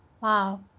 Wow